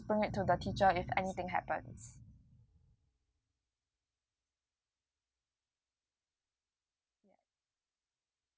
bring it to the teacher if anything happens